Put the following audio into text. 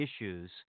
issues